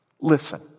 Listen